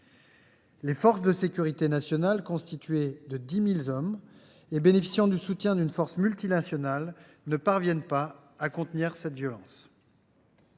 nationales de sécurité, constituées de 10 000 hommes et bénéficiant du soutien d’une force multinationale, ne parviennent pas à contenir cette violence.